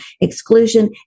exclusion